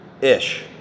ish